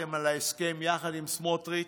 שחתמתם על ההסכם יחד עם סמוטריץ',